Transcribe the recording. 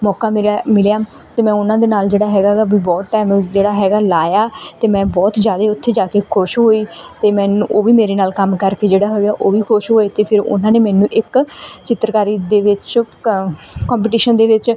ਮੌਕਾ ਮਿਰਿਆ ਮਿਲਿਆ ਅਤੇ ਮੈਂ ਉਹਨਾਂ ਦੇ ਨਾਲ ਜਿਹੜਾ ਹੈਗਾ ਗਾ ਵੀ ਬਹੁਤ ਟਾਇਮ ਜਿਹੜਾ ਹੈਗਾ ਲਾਇਆ ਅਤੇ ਮੈਂ ਬਹੁਤ ਜ਼ਿਆਦਾ ਉੱਥੇ ਜਾ ਕੇ ਖੁਸ਼ ਹੋਈ ਅਤੇ ਮੈਨੂੰ ਉਹ ਵੀ ਮੇਰੇ ਨਾਲ ਕੰਮ ਕਰਕੇ ਜਿਹੜਾ ਹੈਗਾ ਉਹ ਵੀ ਖੁਸ਼ ਹੋਏ ਅਤੇ ਫਿਰ ਉਹਨਾਂ ਨੇ ਮੈਨੂੰ ਇੱਕ ਚਿੱਤਰਕਾਰੀ ਦੇ ਵਿੱਚ ਕੰ ਕੋਪੀਟੀਸ਼ਨ ਦੇ ਵਿੱਚ